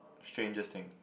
strangest thing